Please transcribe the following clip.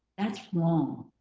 that's wrong.